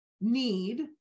need